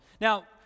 Now